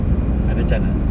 ada chance ah